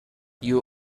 you